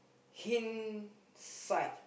hint sight